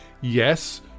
Yes